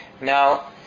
Now